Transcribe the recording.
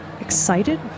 excited